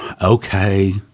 Okay